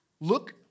Look